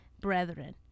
brethren